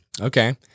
Okay